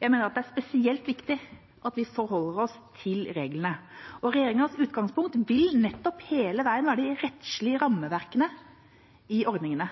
Jeg mener at det er spesielt viktig at vi forholder oss til reglene, og regjeringas utgangspunkt vil nettopp hele veien være det rettslige rammeverket i ordningene.